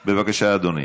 בבקשה, אדוני.